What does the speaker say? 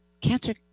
Cancer